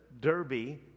derby